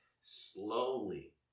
slowly